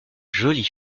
jolie